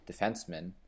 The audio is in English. defensemen